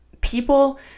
People